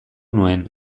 nuen